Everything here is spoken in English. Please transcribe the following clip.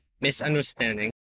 misunderstanding